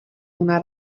una